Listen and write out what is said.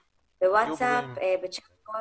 במסנג'ר,